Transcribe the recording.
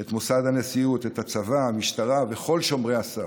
את מוסד הנשיאות, את הצבא, המשטרה וכל שומרי הסף,